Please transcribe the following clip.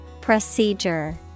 Procedure